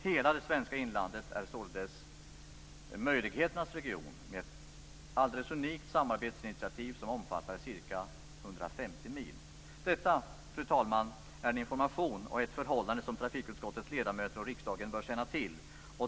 Hela det svenska inlandet är således möjligheternas region med ett alldeles unikt samarbetsinitiativ som omfattar ca 150 mil. Detta, fru talman, är en information och ett förhållande som trafikutskottets ledamöter och riksdagen bör känna till.